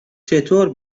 چگونه